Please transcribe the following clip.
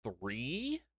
three